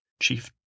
Chief